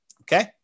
Okay